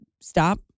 stop